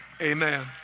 amen